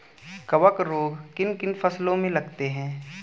कवक रोग किन किन फसलों में लगते हैं?